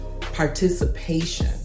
participation